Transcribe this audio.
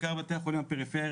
בעיקר בתי החולים בפריפריה,